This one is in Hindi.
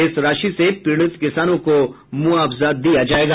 इस राशि से पीड़ित किसानों को मुआवजा दिया जायेगा